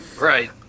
Right